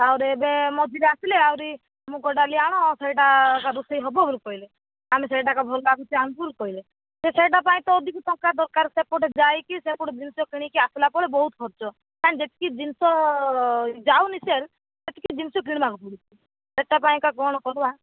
ତାଅରେ ଏବେ ମଝିରେ ଆସିଲେ ଆହୁରି ମୁଗ ଡ଼ାଲି ଆଣ ସେଇଟା ଏକା ରୋଷେଇ ହେବ ବୋଲି କହିଲେ ଆମେ ସେଇଟାକା ଭଲ ଲାଗୁଛି ଆଣିଛୁ ବୋଲି କହିଲେ ସେ ସେଇଟା ପାଇଁ ତ ଅଧିକ ଟଙ୍କା ଦରକାର ସେପଟେ ଯାଇକି ସେପଟେ ଜିନିଷ କିଣିକି ଆସିଲା ପରେ ବହୁତ ଖର୍ଚ୍ଚ ଯେତିକି ଜିନିଷ ଯାଉନି ସେଲ୍ ସେତିକି ଜିନିଷ କିଣିବାକୁ ପଡ଼ୁଛି ସେଇଟା ପାଇଁ ଏକା କ'ଣ କରିବା